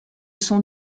sont